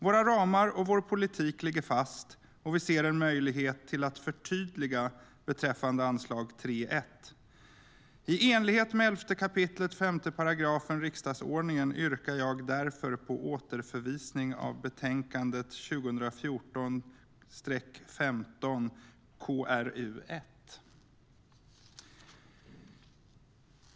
Våra ramar och vår politik ligger fast. Vi ser en möjlighet till förtydligande beträffande anslag 3:1. I enlighet med 11 kap. 5 § riksdagsordningen yrkar jag därför på återförvisning av betänkande 2014/15:KrU1.